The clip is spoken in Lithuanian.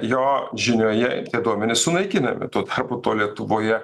jo žinioje tie duomenys sunaikinami tuo tarpu to lietuvoje